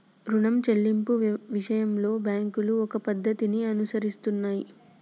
రుణం చెల్లింపు విషయంలో బ్యాంకులు ఒక పద్ధతిని అనుసరిస్తున్నాయి